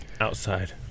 Outside